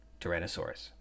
Tyrannosaurus